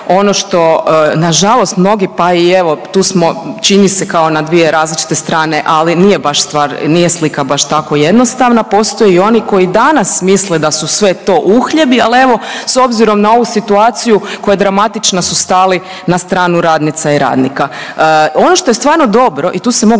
Ono što nažalost mnogi, pa i evo tu smo čini se kao na dvije različite strane, ali nije baš stvar, nije slika baš tako jednostavna, postoje i oni koji danas misle da su sve to uhljebi, al evo s obzirom na ovu situaciju koja je dramatična su stali na stranu radnica i radnika. Ono što je stvarno dobro i tu se mogu